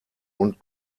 und